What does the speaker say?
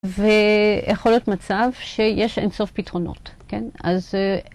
ויכול להיות מצב שיש אינסוף פתרונות, כן? אז